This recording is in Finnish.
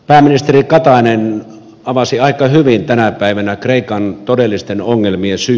pääministeri katainen avasi aika hyvin tänä päivänä kreikan todellisten ongelmien syyt